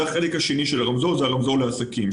זה נמצא בחלק השני של הרמזור הרמזור לעסקים,